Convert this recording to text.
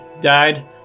died